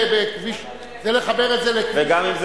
זה לחבר את זה לכביש חוצה-ישראל.